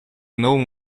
новому